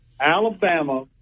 Alabama